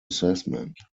assessment